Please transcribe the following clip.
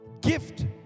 Gift